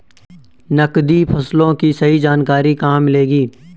नकदी फसलों की सही जानकारी कहाँ मिलेगी?